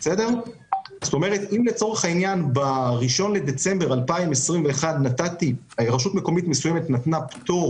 אם ב-1 לדצמבר 2021 רשות מקומית מסוימת נתנה פטור